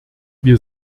wir